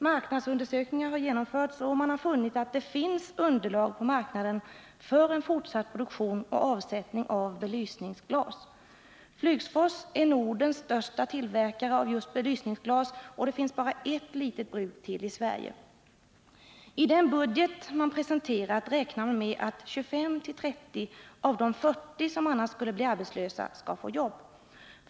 Marknadsundersökningar har genomförts, och man har funnit att det finns underlag på marknaden för en fortsatt produktion och avsättning av belysningsglas. Flygsfors är Nordens största tillverkare av just belysningsglas, och det finns bara ett litet sådant bruk till i Sverige. Nr 41 I den budget man presenterat räknar man med att 25-30 av de 40 som Fredagen den annars skulle bli arbetslösa skall få jobb.